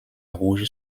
rouge